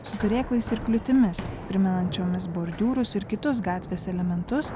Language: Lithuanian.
su turėklais ir kliūtimis primenančiomis bordiūrus ir kitus gatvės elementus